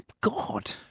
God